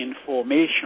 information